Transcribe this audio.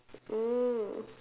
mm